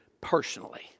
personally